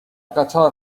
قطار